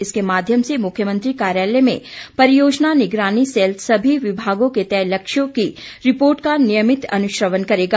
इसके माध्यम से मुख्यमंत्री कार्यालय में परियोजना निगरानी सेल सभी विभागों के तय लक्ष्यों की रिपोर्ट का नियमित अनुश्रवण करेगा